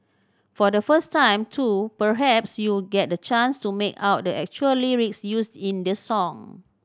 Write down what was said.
for the first time too perhaps you'll get the chance to make out the actual lyrics used in the song